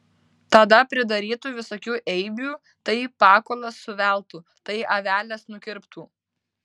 tada pridarytų visokių eibių tai pakulas suveltų tai aveles nukirptų